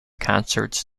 concerts